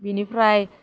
बेनिफ्राय